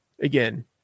again